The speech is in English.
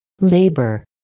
labor